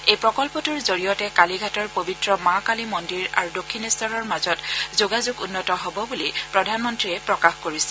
এই প্ৰকল্পটোৰ জৰিয়তে কালিঘাটৰ পৱিত্ৰ মা কালী মন্দিৰ আৰু দক্ষিণেশ্বৰৰ মাজত যোগাযোগ উন্নত হ'ব বুলি প্ৰধানমন্ৰীয়ে প্ৰকাশ কৰিছে